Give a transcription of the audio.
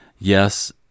Yes